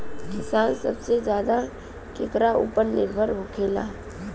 किसान सबसे ज्यादा केकरा ऊपर निर्भर होखेला?